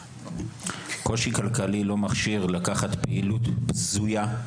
קושי כלכלי לא מכשיר לקחת פעילות בזויה,